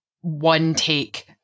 one-take